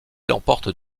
l’emporte